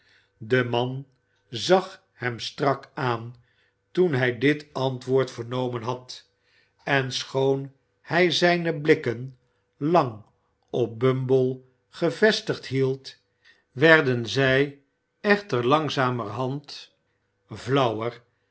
de man zag hem strak aan toen hij dit antwoord vernomen had en schoon hij zijne blikken lang op bumb e gevestigd hield werden zij echter langzamerhand flauwer